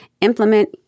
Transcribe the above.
implement